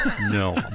No